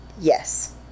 Yes